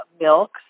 milk